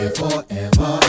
forever